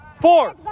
four